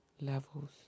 levels